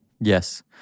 Yes